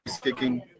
kicking